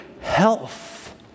health